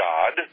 God